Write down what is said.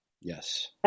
yes